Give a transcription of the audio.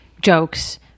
jokes